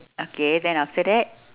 okay then after that